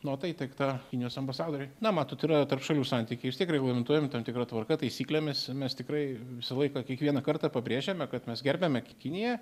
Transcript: nota įteikta kinijos ambasadoriui na matot yra tarp šalių santykiai vis tiek reglamentuojami tam tikra tvarka taisyklėmis mes tikrai visą laiką kiekvieną kartą pabrėžiame kad mes gerbiame kiniją